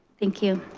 thank you.